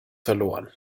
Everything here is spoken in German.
verloren